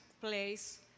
place